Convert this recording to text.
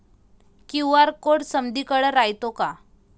QR code समदीकडे रायतो का?